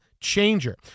changer